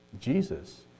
Jesus